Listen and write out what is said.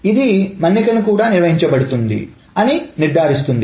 ఇది మన్నికను కూడా నిర్వహించబడుతుంది అని నిర్ధారిస్తుంది